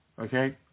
Okay